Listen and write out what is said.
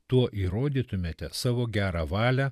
tuo įrodytumėte savo gerą valią